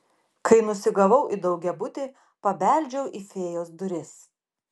kai nusigavau į daugiabutį pabeldžiau į fėjos duris